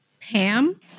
Pam